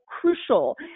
crucial